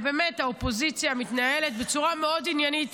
ובאמת האופוזיציה מתנהלת בצורה מאוד עניינית,